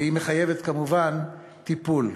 והיא מחייבת כמובן טיפול.